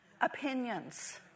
opinions